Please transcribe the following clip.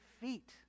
feet